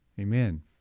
Amen